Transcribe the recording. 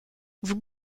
vous